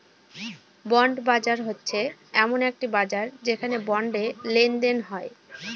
bond বাজার হচ্ছে এমন একটি বাজার যেখানে বন্ডে লেনদেন হয়